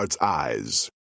eyes